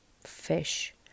fish